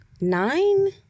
Nine